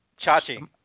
Chachi